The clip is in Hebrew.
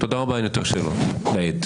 תודה רבה, אין יותר שאלות לעד.